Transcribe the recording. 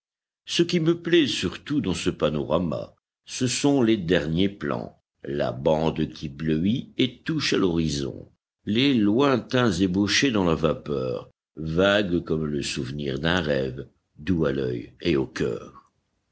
ce qui me plaît surtout dans ce panorama ce sont les derniers plans la bande qui bleuit et touche à l'horizon les lointains ébauchés dans la vapeur vague comme le souvenir d'un rêve doux à l'œil et au cœur